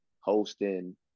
hosting